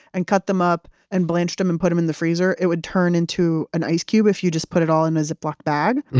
and cut them up and blanched them and put them in the freezer, it would turn into an ice cube, if you just put it all in a ziploc bag.